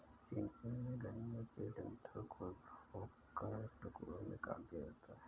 चीनी मिल में, गन्ने के डंठल को धोकर टुकड़ों में काट दिया जाता है